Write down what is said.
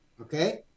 Okay